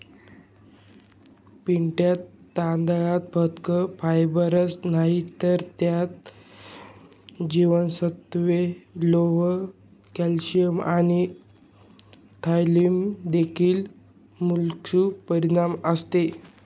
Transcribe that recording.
पिटा तांदळात फक्त फायबरच नाही तर त्यात जीवनसत्त्वे, लोह, कॅल्शियम आणि थायमिन देखील मुबलक प्रमाणात असते